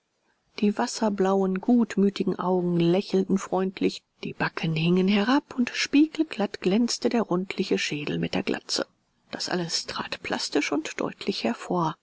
die wasserblauen gutmütigen augen lächelten freundlich die backen hingen herab und spiegelglatt glänzte der rundliche schädel mit der glatze das alles trat plastisch und deutlich hervor